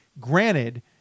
Granted